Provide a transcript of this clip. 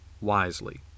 wisely